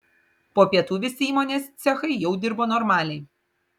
po pietų visi įmonės cechai jau dirbo normaliai